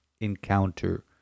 encounter